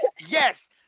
yes